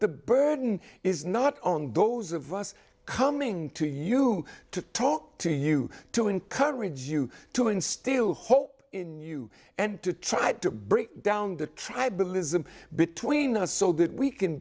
the burden is not on those of us coming to you to talk to you to encourage you to instill hope in you and to try to break down the tribalism between us so that we can